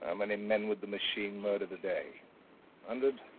um and and men with the machine murdered today. a hundred,